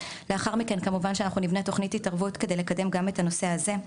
לאחר מכן כמובן שאנחנו נבנה תוכנית התערבות כדי לקדם גם את הנושא הזה.